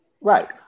Right